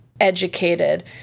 educated